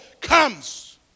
comes